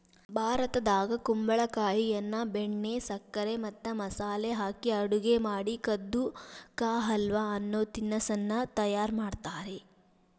ಭಾರತದಾಗ ಕುಂಬಳಕಾಯಿಯನ್ನ ಬೆಣ್ಣೆ, ಸಕ್ಕರೆ ಮತ್ತ ಮಸಾಲೆ ಹಾಕಿ ಅಡುಗೆ ಮಾಡಿ ಕದ್ದು ಕಾ ಹಲ್ವ ಅನ್ನೋ ತಿನಸ್ಸನ್ನ ತಯಾರ್ ಮಾಡ್ತಾರ